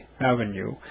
Avenue